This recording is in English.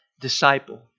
disciple